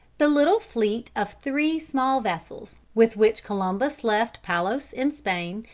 the little fleet of three small vessels, with which columbus left palos in spain,